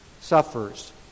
suffers